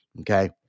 okay